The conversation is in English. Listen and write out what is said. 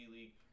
League